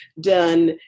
done